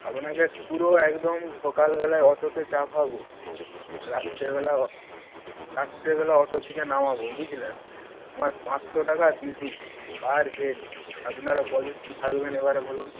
আপনাকে পুরো একদম সকালবেলায় অটোতে চাপাব রাত্রেবেলা রাত্রেবেলা অটো থেকে নামাব বুঝলেন আমার পাঁচশো টাকা ভিজিট পার হেড আপনারা কজন কী থাকবেন এবারে বলুন